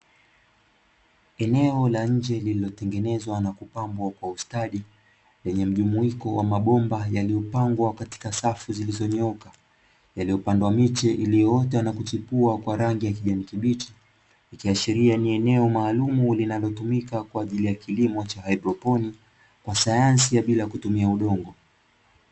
Eneo la nje lililotengenezwa na ku pambwa kwa ustadi yenye mjumuiko wa mabomba, yaliyopangwa katika safu zilizo nyooka yaliyo pandwa miche, iliyo ota na kuchipua ya rangi ya kijani kibichi ikiashiria ni eneo maalumu linalotumika kwa ajili ya kilimo cha haidtoponi kwa sayansi ya bila kutumia udongo.